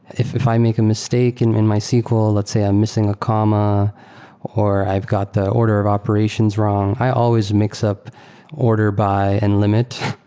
if if i make a mistake and in my sql, let's say i'm missing a comma or i've got the order of operations i always mix up order by n-limit.